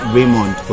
Raymond